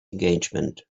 engagement